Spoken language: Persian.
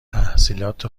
تحصیلات